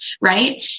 right